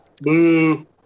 Boo